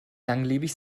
langlebig